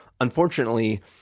Unfortunately